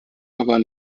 aber